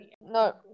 no